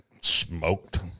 smoked